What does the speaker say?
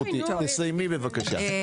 תסיימי, בבקשה.